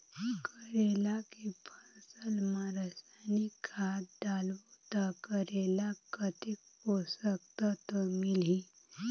करेला के फसल मा रसायनिक खाद डालबो ता करेला कतेक पोषक तत्व मिलही?